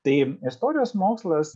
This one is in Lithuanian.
tai istorijos mokslas